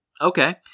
Okay